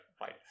right